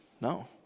No